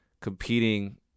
competing